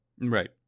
Right